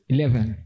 Eleven